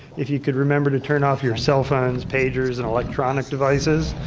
if you could remember to turn off your cell phones, pagers, and electronic devices,